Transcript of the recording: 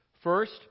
First